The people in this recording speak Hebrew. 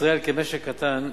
ישראל, כמשק קטן ופתוח,